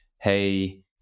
hey